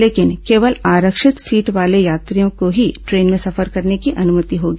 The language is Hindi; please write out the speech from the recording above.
लेकिन केवल आरक्षित सीट वाले यात्रियों को ही ट्रेन में सफर करने की अनुमति होगी